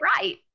right